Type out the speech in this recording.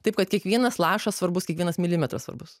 taip kad kiekvienas lašas svarbus kiekvienas milimetras svarbus